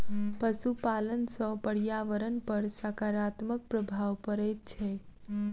पशुपालन सॅ पर्यावरण पर साकारात्मक प्रभाव पड़ैत छै